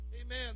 Amen